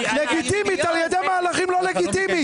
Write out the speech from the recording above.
מהלכים לא לגיטימיים.